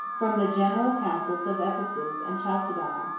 from the general councils of ephesus and chalcedon,